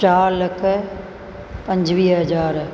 चारि लख पंजुवीह हज़ार